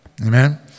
Amen